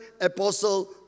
Apostle